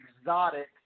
Exotic